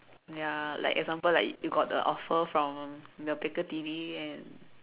ya like example like you got the offer from the Picadilly and